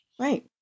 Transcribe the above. Right